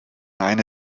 eine